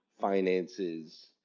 finances